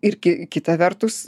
ir ki kita vertus